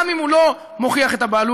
גם אם הוא לא מוכיח את הבעלות,